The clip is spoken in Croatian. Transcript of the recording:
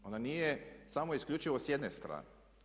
Ona nije samo isključivo s jedne strane.